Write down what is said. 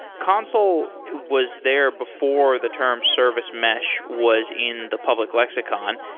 consul was there before the term service mesh was in the public lexicon.